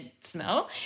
smell